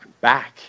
back